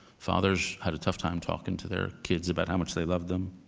fathers had a tough time talking to their kids about how much they loved them.